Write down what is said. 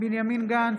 בנימין גנץ,